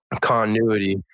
Continuity